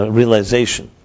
realization